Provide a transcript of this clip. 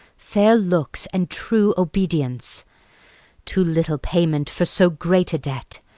fair looks, and true obedience too little payment for so great a debt.